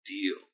deal